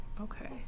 okay